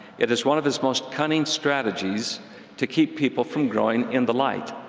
it is one of his most cunning strategies to keep people from growing in the light.